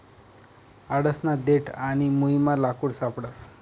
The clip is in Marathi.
आडसना देठ आणि मुयमा लाकूड सापडस